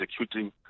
executing